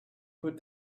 put